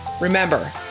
Remember